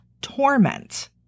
torment